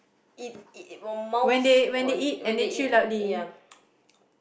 eat eat eat one mouth when they eat ya